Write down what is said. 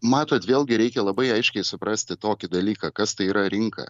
matot vėlgi reikia labai aiškiai suprasti tokį dalyką kas tai yra rinka